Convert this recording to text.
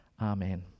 Amen